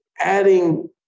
adding